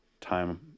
time